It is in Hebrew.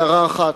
הערה אחת: